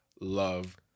love